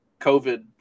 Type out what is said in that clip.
COVID